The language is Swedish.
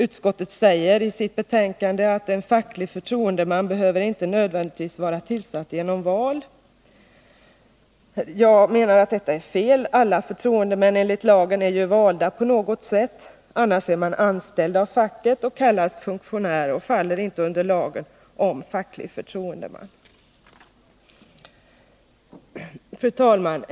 Utskottet säger i betänkandet att en facklig förtroendeman inte nödvändigtvis behöver vara tillsatt genom val. Jag menar att detta är fel. Alla förtroendemän enligt lagen är ju valda på något sätt — annars är man anställd av facket och kallas funktionär och faller inte under lagen om facklig förtroendeman. Fru talman!